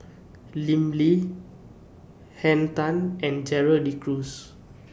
Lim Lee Henn Tan and Gerald De Cruz